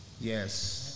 Yes